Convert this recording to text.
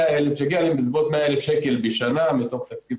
בסביבות 100,000 שקל בשנה מתוך תקציב